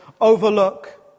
overlook